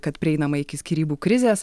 kad prieinama iki skyrybų krizės